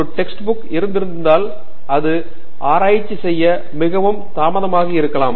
ஒரு test book இருந்திருந்தால் அது ஆராய்ச்சி செய்ய மிகவும் தாமதமாகி இருக்கலாம்